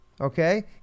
Okay